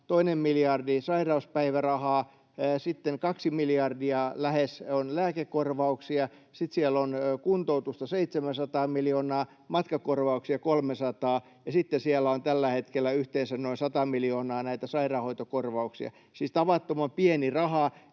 toinen miljardi sairauspäivärahaa, sitten lähes kaksi miljardia on lääkekorvauksia, sitten siellä on kuntoutusta 700 miljoonaa, matkakorvauksia 300 miljoonaa, ja sitten siellä on tällä hetkellä yhteensä noin 100 miljoonaa näitä sairaanhoitokorvauksia. Siis se on tavattoman pieni raha,